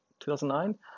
2009